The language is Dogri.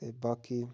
ते बाकी